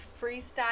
freestyle